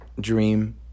dream